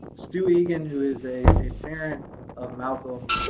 stu egan, who is a a parent of malcolm,